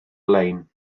lein